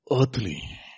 earthly